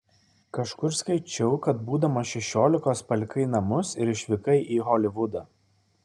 kažkur skaičiau kad būdamas šešiolikos palikai namus ir išvykai į holivudą